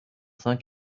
cinq